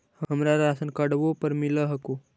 हमरा राशनकार्डवो पर मिल हको?